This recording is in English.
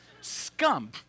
Scum